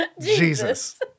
Jesus